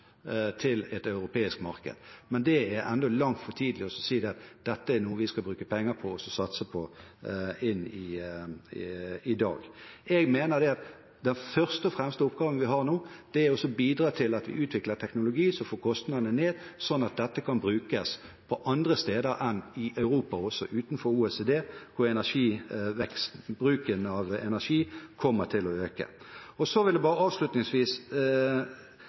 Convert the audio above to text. til et europeisk marked. Men det er ennå altfor tidlig å si at dette er noe vi skal bruke penger på og satse på i dag. Jeg mener at den oppgaven vi først og fremst har nå, er å bidra til å utvikle teknologi som får kostnadene ned, sånn at dette kan brukes andre steder enn i Europa og også utenfor OECD, for bruken av energi kommer til å øke. Så vil jeg bare avslutningsvis